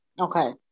Okay